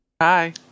Hi